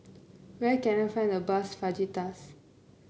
where can I find the bus Fajitas